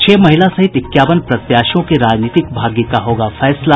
छह महिला सहित इक्यावन प्रत्याशियों के राजनीतिक भाग्य का होगा फैसला